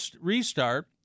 restart